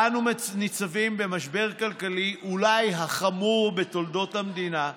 שבה ניצבים מול המשבר הכלכלי אולי החמור בתולדות המדינה,